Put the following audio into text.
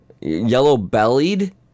Yellow-bellied